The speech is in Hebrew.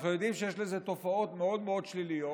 אנחנו יודעים שיש לזה תופעות מאוד מאוד שליליות.